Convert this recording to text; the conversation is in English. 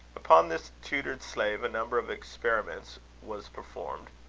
upon this tutored slave a number of experiments was performed.